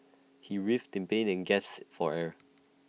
he writhed in pain and gasped for air